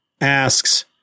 asks